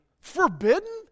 Forbidden